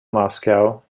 moscow